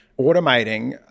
automating